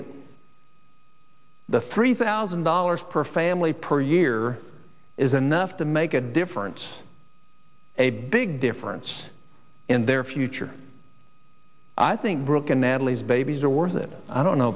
it the three thousand dollars per family per year is enough to make a difference a big difference in their future i think brooke and natalie's babies are worth it i don't know